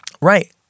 right